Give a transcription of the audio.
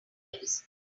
lives